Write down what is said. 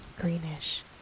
Greenish